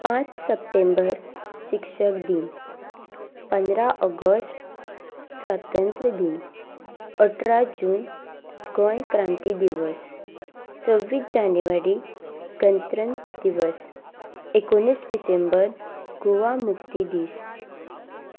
पांच सप्टेंबर शिक्षक दीन पंदरा ऑगस्ट स्वतंत्र दीन अठरा जून गोंय क्रांती दिवस सव्वीस जानेवारी गणतंत्र दिवस एकोणीस डिसेंबर गोवा मुक्ती दीस